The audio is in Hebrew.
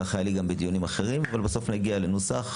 כך היה לי גם בדיונים אחרים אבל בסוף נגיע לנוסח.